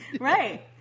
Right